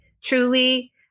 Truly